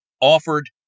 offered